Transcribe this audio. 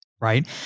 right